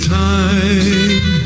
time